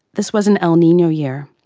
this was an el nino year,